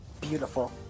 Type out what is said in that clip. Beautiful